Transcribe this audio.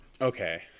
Okay